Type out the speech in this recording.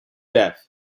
death